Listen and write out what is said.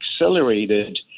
accelerated